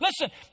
Listen